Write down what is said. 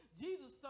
Jesus